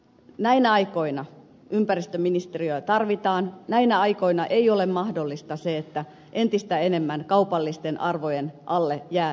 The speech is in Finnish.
näinä aikoina ympäristöministeriötä tarvitaan näinä aikoina ei ole mahdollista se että entistä enemmän kaupallisten arvojen alle jäävät ympäristöarvot